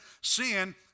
sin